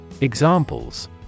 Examples